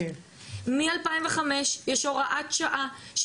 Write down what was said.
מ-2005 יש הוראת שעה,